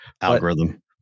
Algorithm